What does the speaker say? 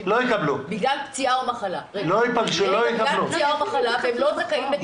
בגלל פציעה או מחלה והם לא זכאים.